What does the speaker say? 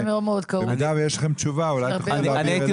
ובמידה ויש לכם תשובה --- אני הייתי